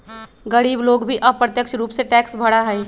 गरीब लोग भी अप्रत्यक्ष रूप से टैक्स भरा हई